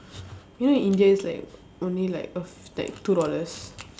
you know in india it's like only like a f~ like two dollars